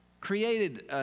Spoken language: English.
created